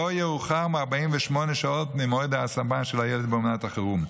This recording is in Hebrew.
יאוחר מ-48 שעות ממועד ההשמה של הילד באומנת החירום.